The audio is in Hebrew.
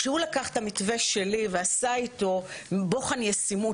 כשהוא לקח את המתווה שלי ועשה איתו בוחן ישימות,